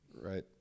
Right